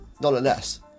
nonetheless